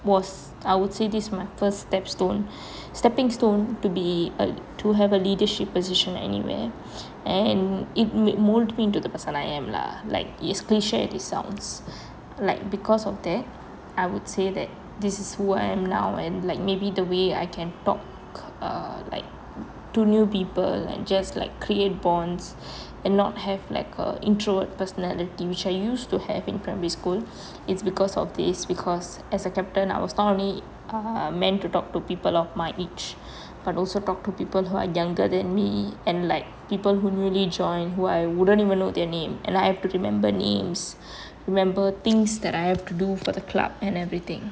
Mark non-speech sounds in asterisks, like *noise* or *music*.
was I would say this my first step stone stepping stone to be a to have a leadership position anywhere and it mould me into the person I am lah like you as cliche as it sounds like because of that I would say that this is who I am now and like maybe the way I can talk err like to new people and just like create bonds *breath* and not have like a introvert personality which I used to have in primary school *breath* it's because of this because as a captain I I was not only uh meant to talk to people of my age but also talk to people who are younger than me and like people who newly join who I wouldn't even know their names and like I have to remember names remember things that I have to do for the club and everything